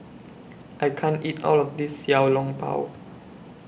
I can't eat All of This Xiao Long Bao